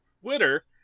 Twitter